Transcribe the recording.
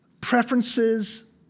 preferences